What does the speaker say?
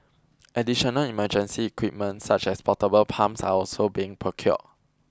additional emergency equipment such as portable pumps are also being procured